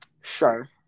Sure